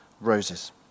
roses